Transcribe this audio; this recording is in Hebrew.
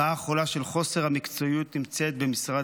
הרעה החולה של חוסר המקצועיות נמצאת במשרד